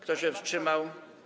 Kto się wstrzymał?